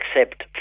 accept